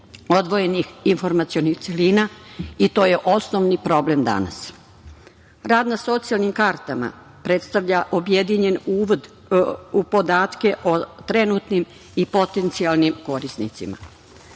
odvojenih informacionih celina i to je osnovni problem danas. Rad na socijalnim kartama predstavlja objedinjen uvod u podatke o trenutnim i potencijalnim korisnicima.